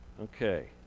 Okay